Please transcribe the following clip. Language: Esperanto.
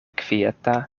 kvieta